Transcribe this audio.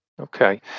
Okay